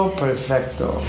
perfecto